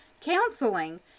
counseling